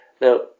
Now